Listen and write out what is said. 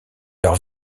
leurs